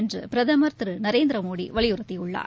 என்று பிரதமர் திரு நரேந்திரமோடி வலியுறுத்தியுள்ளார்